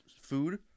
food